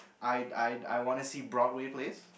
I I I wanna see Broadway please